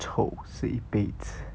丑是一辈子